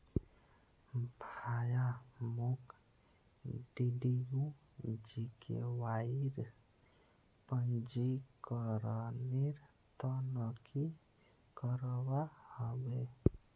भाया, मोक डीडीयू जीकेवाईर पंजीकरनेर त न की करवा ह बे